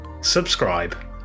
subscribe